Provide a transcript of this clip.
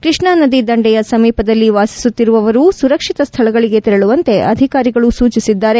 ಕೃಷ್ಣಾ ನದಿ ದಂಡೆಯ ಸಮೀಪದಲ್ಲಿ ವಾಸಿಸುತ್ತಿರುವವರು ಸುರಕ್ಷಿತ ಸ್ಥಳಗಳಗೆ ತೆರಳುವಂತೆ ಅಧಿಕಾರಿಗಳು ಸೂಚಿಸಿದ್ದಾರೆ